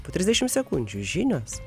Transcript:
po trisdešimt sekundžių žinios